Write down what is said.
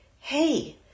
hey